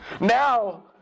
Now